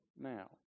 now